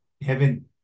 heaven